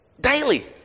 Daily